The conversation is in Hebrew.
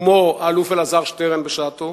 כמו האלוף אלעזר שטרן בשעתו,